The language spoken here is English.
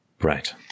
Right